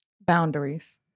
Boundaries